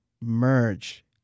merge